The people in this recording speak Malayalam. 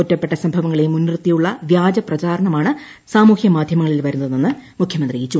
ഒറ്റപ്പെട്ട സംഭവങ്ങളെ മുൻനിർത്തിയുള്ള വ്യാജ പ്രചാരണമാണ് സമൂഹ്യ മാധ്യമങ്ങളിൽ വരുന്നതെന്ന് മുഖ്യമന്ത്രി ചൂണ്ടിക്കാട്ടി